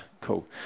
cool